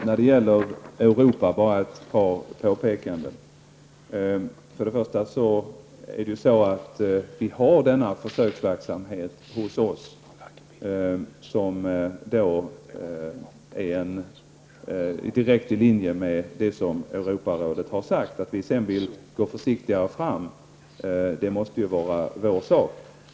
Herr talman! Jag vill bara göra ett par påpekanden när det gäller Europa. Vi har denna försöksverksamhet, som är direkt i linje med det som Europarådet har sagt, hos oss. Att vi sedan vill gå försiktigare fram måste vara vår sak.